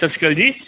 ਸਤਿ ਸ਼੍ਰੀ ਅਕਾਲ ਜੀ